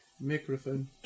Microphone